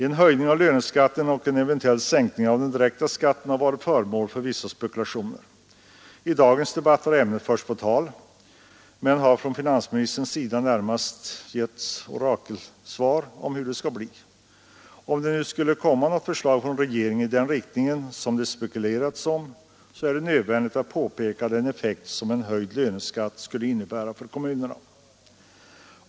En höjning av löneskatten och en eventuell sänkning av den direkta skatten har varit föremål för vissa spekulationer. I dagens debatt har ämnet förts på tal, men finansministern har närmast givit orakelsvar om hur det skall bli: Om det nu skulle komma något förslag från regeringen i den riktning som det spekulerats om, är det nödvändigt att påpeka den effekt som en höjd löneskatt skulle innebära för kommunerna.